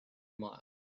miles